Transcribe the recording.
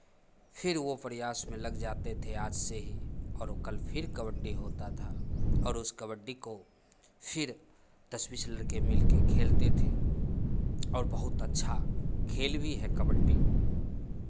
फिर वो प्रयास में लग जाते थे आज से ही और वो कल फिर कबड्डी होता था और उस कबड्डी को फिर दस बीस लड़के मिलके खेलते थे और बहुत अच्छा खेल भी है कबड्डी